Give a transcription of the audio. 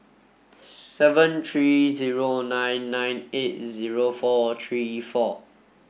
seven three zero nine nine eight zero four three four